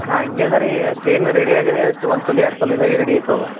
ಹಂಗ್ಯದ ರೀ chain ready ಆಗದೆ ಅಷ್ಟು ಒಂದು ತೊಲಿ ಎರಡು ತೊಲಿದಾಗೆ ರೆಡಿ ಇರ್ತವ